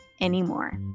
anymore